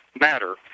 matter